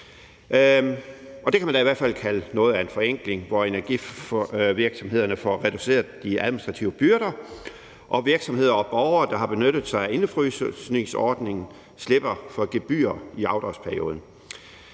det kan man da i hvert fald kalde noget af en forenkling, idet energivirksomhederne får reduceret de administrative byrder, og virksomheder og borgere, der har benyttet sig af indefrysningsordningen, slipper for gebyrer i afdragsperioden.